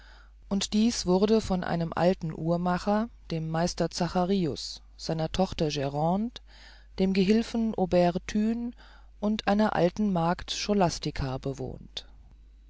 und dies wurde von einem alten uhrmacher dem meister zacharius seiner tochter grande dem gehilfen aubert thün und einer alten magd scholastica bewohnt